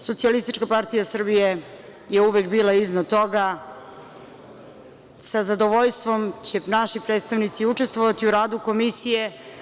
Socijalistička partija Srbije je uvek bila iznad toga i sa zadovoljstvom će naši predstavnici učestvovati u radu komisije.